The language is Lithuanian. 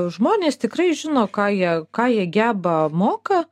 žmonės tikrai žino ką jie ką jie geba moka